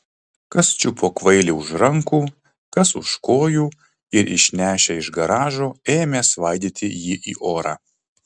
kas čiupo kvailį už rankų kas už kojų ir išnešę iš garažo ėmė svaidyti jį į orą